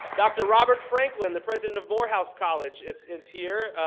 dr. robert franklin, the president of morehouse college, is is here.